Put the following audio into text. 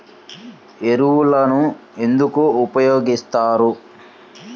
ఎరువులను ఎందుకు ఉపయోగిస్తారు?